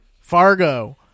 Fargo